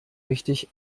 richtig